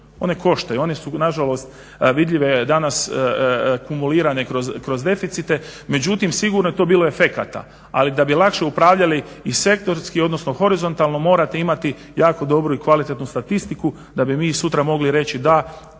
One koštaju, one su na žalost vidljive danas kumulirane kroz deficite. Međutim, sigurno je tu bilo efekata. Ali da bi lakše upravljali i sektorski, odnosno horizontalno morate imati jako dobru i kvalitetnu statistiku da bi mi sutra mogli reći da,